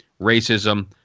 racism